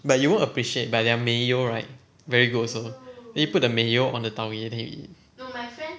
but you won't appreciate but their mayo right very good also they put the mayo on the taugeh then you eat